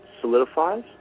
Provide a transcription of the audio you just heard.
solidifies